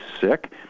sick